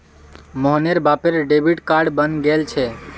मोहनेर बापेर debit card बने गेल छे